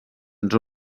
ens